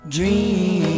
Dream